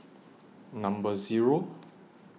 Number Zero